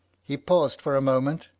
he paused for a moment,